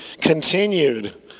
continued